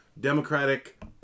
Democratic